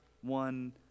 one